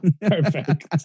Perfect